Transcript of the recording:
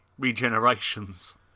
regenerations